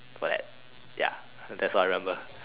what ya that's all I remember